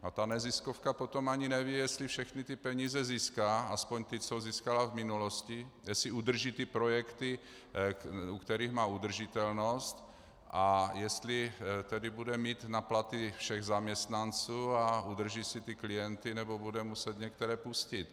A ta neziskovka potom ani neví, jestli všechny ty peníze získá, aspoň ty, co získala v minulosti, jestli udrží ty projekty, u kterých má udržitelnost, a jestli tedy bude mít na platy všech zaměstnanců a udrží si klienty nebo bude muset některé pustit.